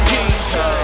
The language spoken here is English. Jesus